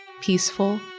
peaceful